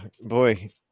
boy